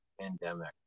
pandemic